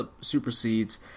supersedes